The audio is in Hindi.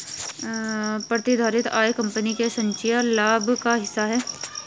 प्रतिधारित आय कंपनी के संचयी लाभ का हिस्सा है